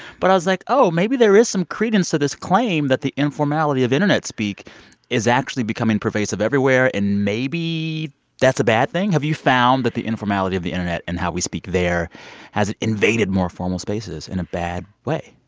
but i was like, oh, maybe there is some credence to this claim that the informality of internet speak is actually becoming pervasive everywhere. and maybe that's a bad thing. have you found that the informality of the internet and how we speak there has invaded more formal spaces in a bad way?